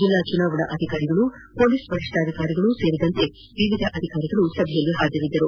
ಜಲ್ಲಾ ಚುನಾವಣಾಧಿಕಾರಿಗಳು ಹೊಲೀಸ್ ವರಿಷ್ಠಾಧಿಕಾರಿಗಳು ಸೇರಿದಂತೆ ವಿವಿಧ ಅಧಿಕಾರಿಗಳು ಹಾಜರಿದ್ದರು